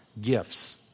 gifts